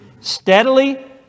steadily